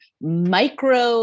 micro